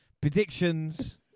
predictions